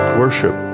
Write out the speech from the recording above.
worship